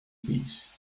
peace